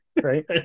right